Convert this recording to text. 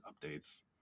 updates